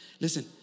Listen